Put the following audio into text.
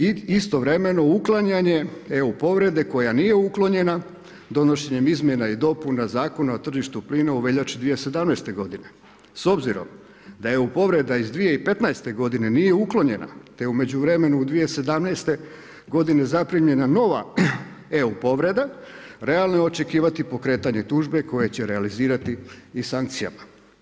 I istovremeno uklanjanje EU povrede koja nije uklinjenja, donošenje izmjena i dopuna Zakona o tržištu plinu u veljači 2017.g. S obzirom da je u povreda iz 2015.g. nije uklonjena, te je u međuvremenu 2017. g. zaprimljena nova EU povreda, realno je očekivati pokretanje tužbe koja će realizirati i sankcijama.